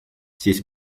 siis